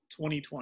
2020